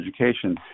education